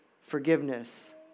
forgiveness